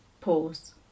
pause